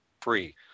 free